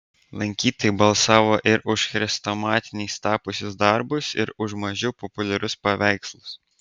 lankytojai balsavo ir už chrestomatiniais tapusius darbus ir už mažiau populiarius paveikslus